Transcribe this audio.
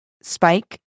Spike